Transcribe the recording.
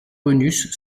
bonus